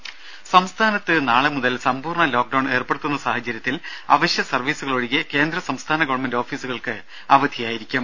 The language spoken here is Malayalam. ദ്ദേ സംസ്ഥാനത്ത് നാളെ മുതൽ സമ്പൂർണ ലോക്ക്ഡൌൺ ഏർപ്പെടുത്തുന്ന സാഹചര്യത്തിൽ അവശ്യസർവീസുകൾ ഒഴികെ കേന്ദ്ര സംസ്ഥാന ഗവൺമെന്റ് ഓഫീസുകൾക്ക് അവധിയായിരിക്കും